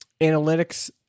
analytics